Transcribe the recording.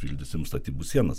šildysim statybų sienas